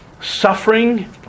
Suffering